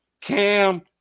Cam